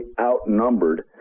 outnumbered